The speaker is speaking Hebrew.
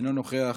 אינו נוכח,